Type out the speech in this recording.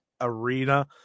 arena